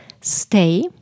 stay